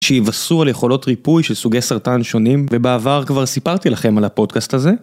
שיבשרו על יכולות ריפוי של סוגי סרטן שונים ובעבר כבר סיפרתי לכם על הפודקאסט הזה.